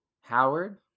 Howard